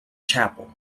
chapel